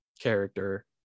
character